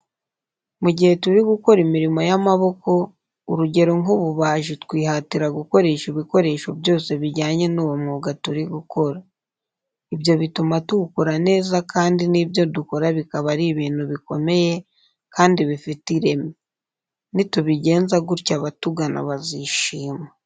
Mu gihe turi gukora imirimo y'amaboko, urugero nk'ububaji twihatira gukoresha ibikoresho byose bijyanye n'uwo mwuga turi gukora. Ibyo bituma tuwukora neza kandi n'ibyo dukora bikaba ari ibintu bikomeye kandi bifite ireme. Nitubigenza gutyo abatugana bazishima.